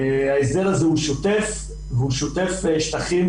ההסדר הזה הוא שוטף והוא שוטף בשטחים